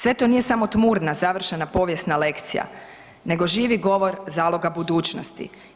Sve to nije samo tmurna završena povijesna lekcija nego živi govor zaloga budućnosti.